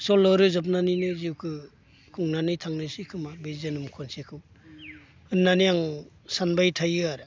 सल'रोजाबनानैनो जिउखो खुंनानै थांनायसै खोमा बे जोनोम खनसेखौ होननानै आं सानबाय थायो आरो